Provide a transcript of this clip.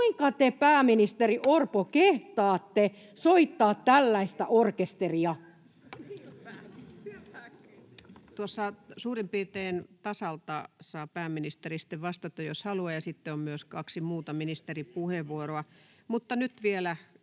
Kuinka te, pääministeri Orpo, kehtaatte soittaa tällaista orkesteria? Tuossa suurin piirtein tasalta saa pääministeri sitten vastata, jos haluaa, ja sitten on myös kaksi muuta ministeripuheenvuoroa,